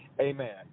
Amen